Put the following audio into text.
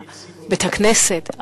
בית-הכנסת,